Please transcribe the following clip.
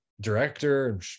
director